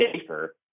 safer